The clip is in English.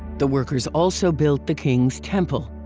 the workers also built the king's temple.